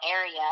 area